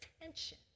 attention